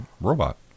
robot